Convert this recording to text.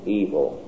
evil